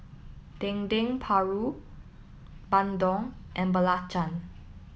Dendeng Paru Bandung and Belacan